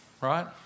Right